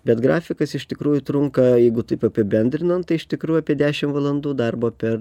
bet grafikas iš tikrųjų trunka jeigu taip apibendrinant tai iš tikrųjų apie dešim valandų darbo per